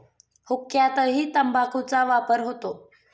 हुक्क्यातही तंबाखूचा वापर होतो